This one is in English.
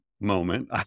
moment